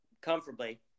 comfortably